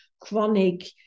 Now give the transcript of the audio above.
chronic